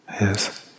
Yes